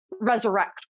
resurrect